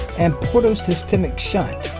and portosystemic shunt,